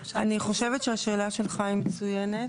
אני חושבת שהשאלה שלך היא מצוינת,